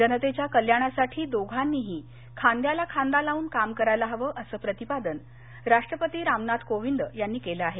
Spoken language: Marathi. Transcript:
जनतेच्या कल्याणासाठी दोघांनीही खांद्याला खांदा लावून काम करायला हवं असं प्रतिपादन राष्ट्रपती रामनाथ कोविंद यांनी केलं आहे